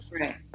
right